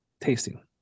Tasting